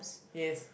yes